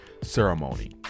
ceremony